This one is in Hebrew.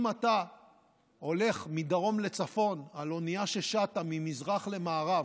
אם אתה הולך מדרום לצפון על אנייה ששטה ממזרח למערב,